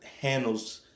handles